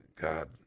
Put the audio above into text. God